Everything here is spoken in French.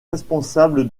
responsable